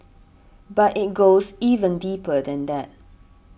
but it goes even deeper than that